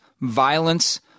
violence